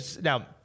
Now